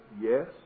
yes